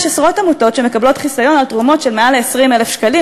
יש עשרות עמותות שמקבלות חיסיון על תרומות של מעל ל-20,000 שקלים,